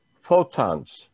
photons